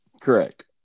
Correct